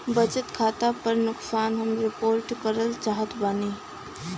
बचत खाता पर नुकसान हम रिपोर्ट करल चाहत बाटी